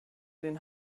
den